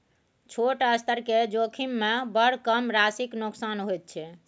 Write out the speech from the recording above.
छोट स्तर केर जोखिममे बड़ कम राशिक नोकसान होइत छै